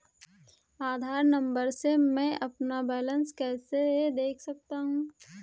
आधार number से मैं अपना बैलेंस कैसे देख सकता हूँ?